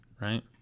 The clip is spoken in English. right